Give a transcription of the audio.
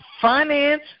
finance